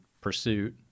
pursuit